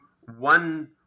one